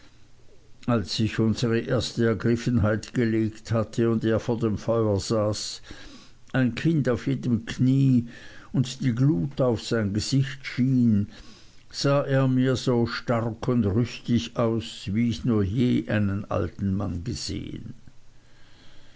als sich unsere erste ergriffenheit gelegt hatte und er vor dem feuer saß ein kind auf jedem knie und die glut auf sein gesicht schien sah er mir so stark und rüstig aus wie ich nur je einen alten mann gesehen